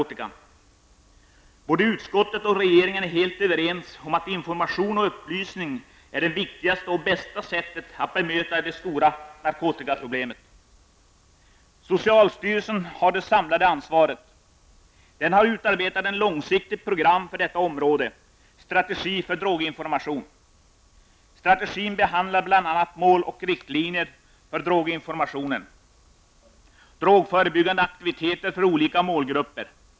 Utskottet och regeringen är helt överens om att information och upplysning är det viktigaste och bästa sättet att bemöta de stora narkotikaproblemet. Socialstyrelsen har här det samlade ansvaret. Den har utarbetat ett långsiktigt program för detta område Strategi för droginformation. Strategin behandlar bl.a. mål och riktlinjer för droginformationen samt drogförebyggande aktiviteter för olika målgrupper.